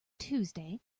tuesday